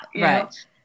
Right